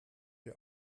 der